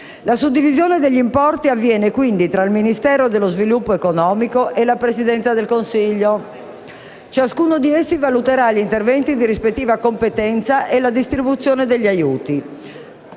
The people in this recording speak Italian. La suddivisione degli importi avviene, quindi, tra il Ministero dello sviluppo economico e la Presidenza del Consiglio. Ciascuno di essi valuterà gli interventi di rispettiva competenza e la distribuzione degli aiuti.